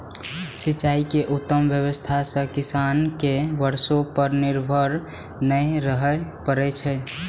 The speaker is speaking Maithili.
सिंचाइ के उत्तम व्यवस्था सं किसान कें बर्षा पर निर्भर नै रहय पड़ै छै